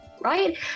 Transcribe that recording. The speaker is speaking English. Right